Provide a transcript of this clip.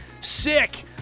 sick